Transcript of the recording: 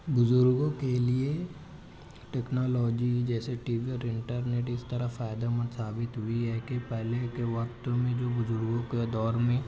بزرگوں کے لیے ٹیکنالوجی جیسے ٹی وی انٹرنیٹ اس طرح فائدہ مند ثابت ہوئی ہے کہ پہلے کے وقت میں جو بزرگوں کے دور میں